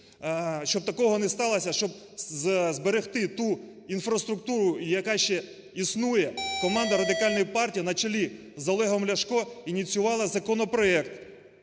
щоб такого не сталося, щоб зберегти ту інфраструктуру, яка ще існує, команда Радикальної партії на чолі з Олегом Ляшко ініціювала законопроект,